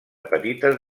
petites